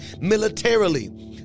militarily